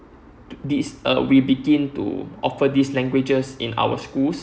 this uh we begin to offer this languages in our schools